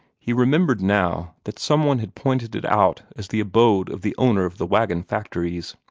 he remembered now that some one had pointed it out as the abode of the owner of the wagon factories